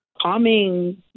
calming